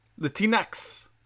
Latinx